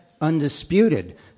undisputed